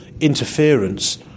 interference